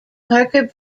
parker